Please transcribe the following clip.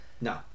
no